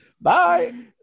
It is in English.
Bye